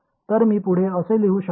तर मी पुढे असे लिहू शकतो